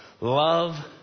love